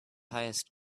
highest